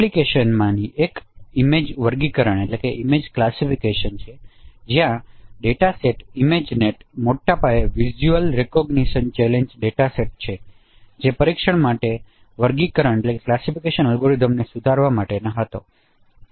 એપ્લિકેશનમાંથી એક ઇમેજ વર્ગીકરણ છે અને ત્યાં ડેટા સેટ ઇમેજનેટ મોટા પાયે visual recognition challenge data set છે જે પરીક્ષણ માટે વર્ગીકરણ અલ્ગોરિધમ્સને સુધારવા માટે હતો